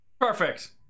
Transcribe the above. Perfect